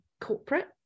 corporate